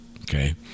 Okay